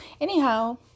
Anyhow